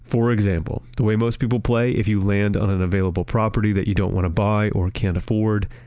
for example. the way most people play, if you land on an available property that you don't want to buy or can't afford,